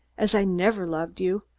as i never loved you,